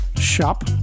shop